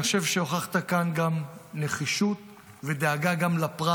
אני חושב שהוכחת כאן גם נחישות ודאגה גם לפרט.